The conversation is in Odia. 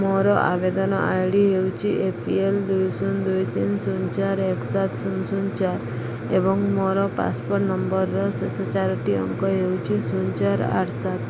ମୋର ଆବେଦନ ଆଇ ଡ଼ି ହେଉଛି ଏ ପି ଏଲ୍ ଦୁଇ ଶୂନ ଦୁଇ ତିନି ଶୂନ ଚାରି ଏକ ସାତ ଶୂନ ଶୂନ ଚାରି ଏବଂ ମୋର ପାସପୋର୍ଟ୍ ନମ୍ବର୍ର ଶେଷ ଚାରୋଟି ଅଙ୍କ ହେଉଛି ଶୂନ ଚାରି ଆଠ ସାତ